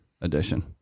edition